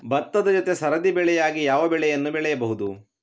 ಭತ್ತದ ಜೊತೆ ಸರದಿ ಬೆಳೆಯಾಗಿ ಯಾವ ಬೆಳೆಯನ್ನು ಬೆಳೆಯಬಹುದು?